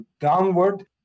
downward